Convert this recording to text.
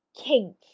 kink